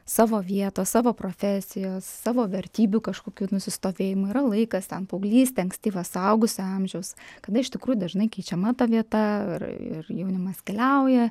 savo vietos savo profesijos savo vertybių kažkokių nusistovėjimo yra laikas ten paauglystė ankstyva suaugusio amžius kada iš tikrųjų dažnai keičiama ta vieta ir ir jaunimas keliauja